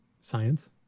science